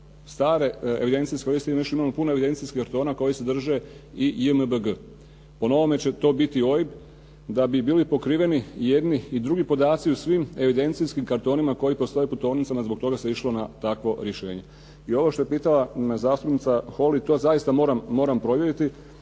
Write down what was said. Stare evidencije liste, …/Govornik se ne razumije./… puno evidencijskih kartona koji sadrže i JMBG. Po novome će to biti OIB. Da bi bili pokriveni jedni i drugi podaci u svim evidencijskim kartonima koji postoje u putovnicama zbog toga se išlo na takvo rješenje. I ovo što je pitala zastupnica Holy to zaista moram provjerili